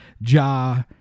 Ja